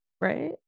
Right